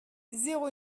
zéro